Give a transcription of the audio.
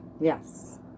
Yes